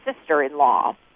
sister-in-law